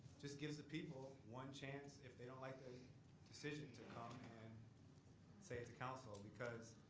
just gives the people one chance, if they don't like the decision to come and say it to council. because